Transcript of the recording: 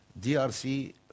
DRC